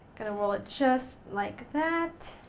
going to roll it just like that.